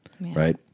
right